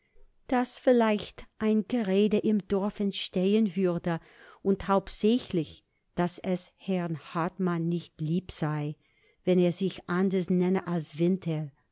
daß vielleicht ein gerede im dorfe entstehen würde und hauptsächlich daß es herrn hartmann nicht lieb sei wenn er sich anders nenne als winter